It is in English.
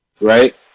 right